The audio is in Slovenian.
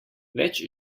več